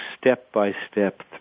step-by-step